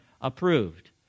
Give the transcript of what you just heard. approved